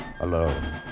alone